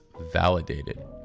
validated